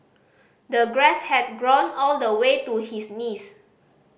the grass had grown all the way to his knees